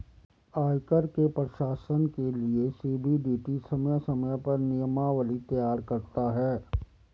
आयकर के प्रशासन के लिये सी.बी.डी.टी समय समय पर नियमावली तैयार करता है